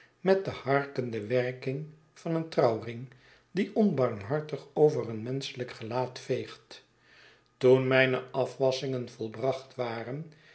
met de harkende werking van een trouwring die onbarmhartig over een menschelijk gelaat veegt toen mijne afwasschingen volbracht waren